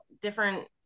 different